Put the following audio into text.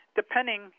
depending